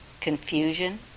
confusion